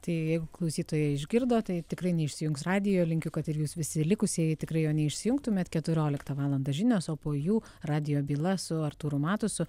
tai jeigu klausytoja išgirdo tai tikrai neišsijungs radijo linkiu kad ir jūs visi likusieji tikrai jo neįsijungtumėt keturioliktą valandą žinios o po jų radijo byla su artūru matusu